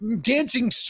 dancing